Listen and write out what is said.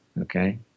okay